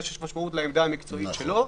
יש משמעות לעמדה המקצועית שלו.